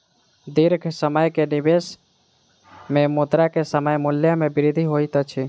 दीर्घ समय के निवेश में मुद्रा के समय मूल्य में वृद्धि होइत अछि